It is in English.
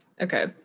Okay